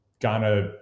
Ghana